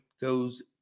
goes